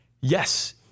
Yes